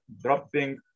dropping